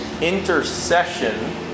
intercession